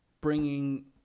bringing